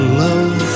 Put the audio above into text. love